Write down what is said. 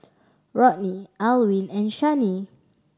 Rodney Alwin and Shani